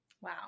Wow